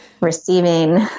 receiving